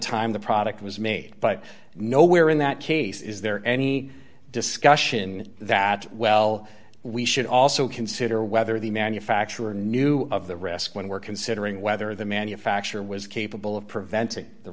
time the product was made but no where in that case is there any discussion that well we should also consider whether the manufacturer knew of the risk when we're considering whether the manufacturer was capable of preventing the